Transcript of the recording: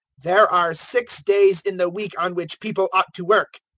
there are six days in the week on which people ought to work.